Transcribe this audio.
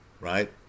right